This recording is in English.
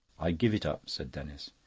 i give it up, said denis.